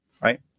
right